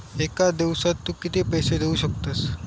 एका दिवसात तू किती पैसे देऊ शकतस?